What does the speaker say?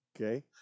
Okay